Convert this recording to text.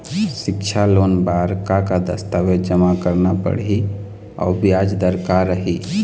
सिक्छा लोन बार का का दस्तावेज जमा करना पढ़ही अउ ब्याज दर का रही?